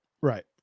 Right